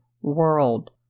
world